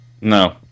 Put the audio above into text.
No